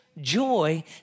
joy